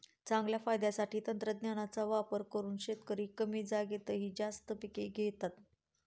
चांगल्या फायद्यासाठी तंत्रज्ञानाचा वापर करून शेतकरी कमी जागेतही जास्त पिके घेतात